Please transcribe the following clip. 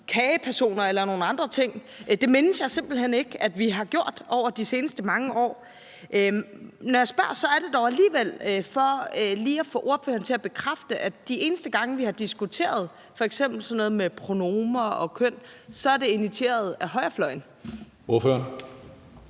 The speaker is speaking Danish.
kagepersoner eller nogle andre ting. Det mindes jeg simpelt hen ikke at vi har gjort over de seneste mange år. Når jeg spørger, er det dog alligevel for lige at få ordføreren til at bekræfte, at de eneste gange, vi har diskuteret sådan noget som pronomener og køn, så har det været initieret af højrefløjen. Kl.